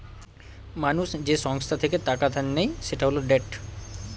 মানুষ যে সংস্থা থেকে টাকা ধার নেয় সেটা হল ডেট